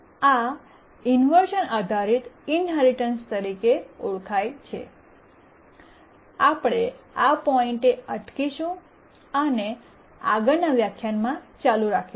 આ ઇન્વર્શ઼ન આધારિત ઇન્હેરિટન્સ તરીકે ઓળખાય છે અમે આ પોઇન્ટ એ અટકીશું અને આગળના વ્યાખ્યાનમાં ચાલુ રાખીશું